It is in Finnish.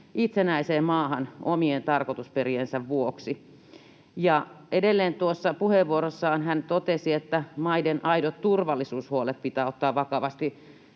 itsenäiseen maahan omien tarkoitusperiensä vuoksi. Ja edelleen tuossa puheenvuorossaan hän totesi, että maiden aidot turvallisuushuolet pitää ottaa vakavasti